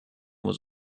was